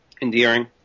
endearing